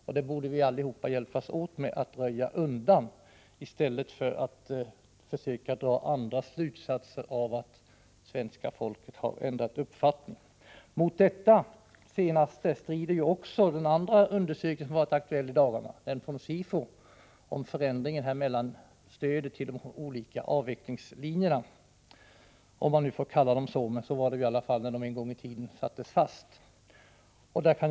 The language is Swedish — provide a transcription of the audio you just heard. Vi borde alla hjälpas åt för att röja undan grunden för detta i stället för att dra felaktiga slutsatser. Mot dessa slutsatser strider också den andra undersökning som varit aktuell i dagarna, den från SIFO, om förändringen när det gäller stödet till de olika avvecklingslinjerna — om man nu får kalla dem så. Så kallades de i alla fall en gång i tiden när de lades fast.